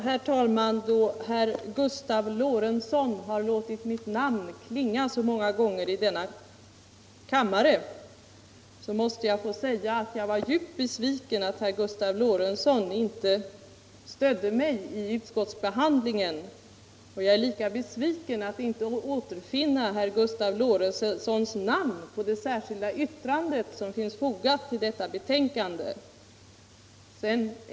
Herr talman! Då herr Gustav Lorentzon har låtit mitt namn klinga så många gånger i denna kammare måste jag få säga att jag var djupt besviken över att herr Gustav Lorentzon inte stödde mig i utskottsbehandlingen. och jag är lika besviken över att inte återfinna herr Gustav Lorentzons namn på det särskilda yttrandet som finns fogat till detta betänkande.